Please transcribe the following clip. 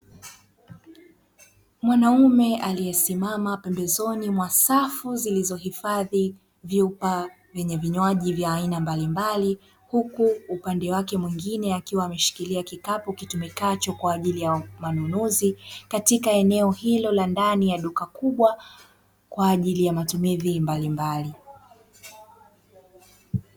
Mwanaume aliyesimama pembezoni mwa safu zilizohifadhi vyupa vyenye vinywaji ya aina mbalimbali. Huku upande wake mwingine akiwa ameshikilia kikapu kitumikacho kwa ajili ya manunuzi katika eneo hilo la ndani ya duka kubwa kwa ajili ya matumizi mbalimbali.